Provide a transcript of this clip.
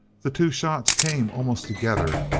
the two shots came almost together,